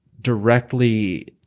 directly